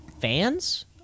fans